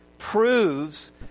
Proves